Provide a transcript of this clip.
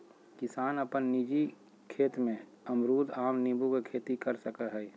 किसान अपन निजी खेत में अमरूद, आम, नींबू के खेती कर सकय हइ